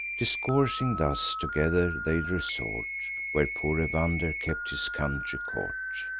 discoursing thus together, they resort where poor evander kept his country court.